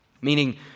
Meaning